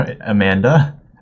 Amanda